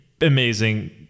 amazing